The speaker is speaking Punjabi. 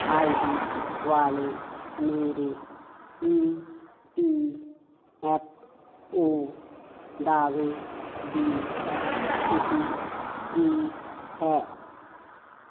ਆਈਡੀ ਵਾਲੇ ਮੇਰੇ ਈ ਪੀ ਐੱਫ ਓ ਦਾਅਵੇ ਦੀ ਸਥਿਤੀ ਕੀ ਹੈ